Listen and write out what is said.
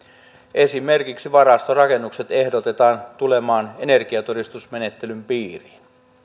esimerkiksi varastorakennukset ehdotetaan tulemaan energiatodistusmenettelyn piiriin